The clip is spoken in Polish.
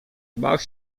baw